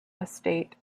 estate